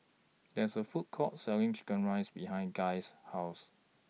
There's A Food Court Selling Chicken Rice behind Guy's House